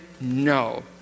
No